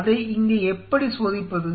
எனவே அதை இங்கே எப்படி சோதிப்பது